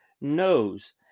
knows